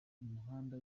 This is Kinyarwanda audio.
imihanda